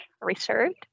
reserved